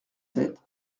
sept